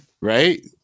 Right